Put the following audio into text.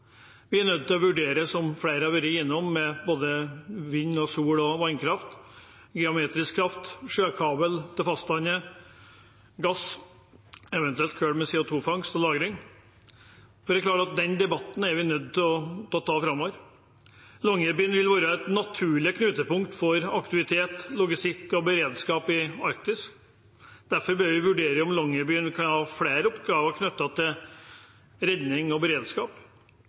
Vi er nødt til å vurdere, som flere har vært innom, både vind-, sol- og vannkraft, geometrisk kraft, sjøkabel til fastlandet, gass, eventuelt kull med CO 2 -fangst og -lagring. Den debatten er vi nødt til å ta framover. Longyearbyen vil være et naturlig knutepunkt for aktivitet, logistikk og beredskap i Arktis. Derfor bør vi vurdere om Longyearbyen kan ha flere oppgaver knyttet til redning og beredskap.